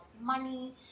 money